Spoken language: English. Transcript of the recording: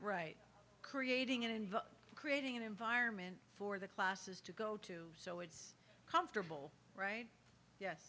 right creating it involves creating an environment for the classes to go to so it's comfortable right yes